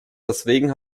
deswegen